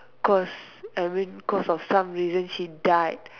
cause I mean cause of some reason she died